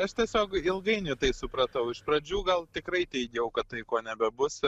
aš tiesiog ilgainiui tai supratau iš pradžių gal tikrai teigiau kad tai ko nebebus